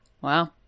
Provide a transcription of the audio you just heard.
Wow